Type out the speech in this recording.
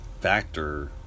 factor